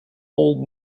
old